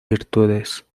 virtudes